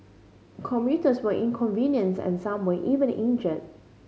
commuters were inconvenienced and some were even injured